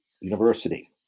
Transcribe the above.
University